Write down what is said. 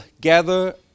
gather